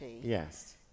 yes